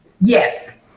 Yes